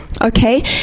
okay